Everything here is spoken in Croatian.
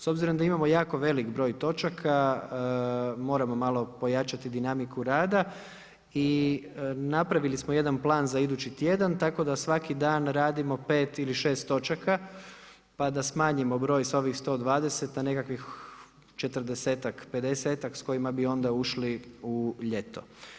S obzirom da imamo jako velik broj točaka, moramo malo pojačati dinamiku rada i napravili smo jedan plan za idući tjedan, tako da svaki dan radimo 5 do 6 točaka, pa da smanjimo ovaj broj sa ovih 120 na nekakvih 40, 50 s kojima bi onda ušli u ljeto.